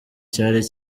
cyari